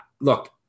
look